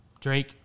Drake